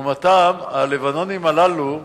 לעומתם, הלבנונים הללו,